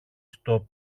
στο